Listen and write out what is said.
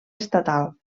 estatal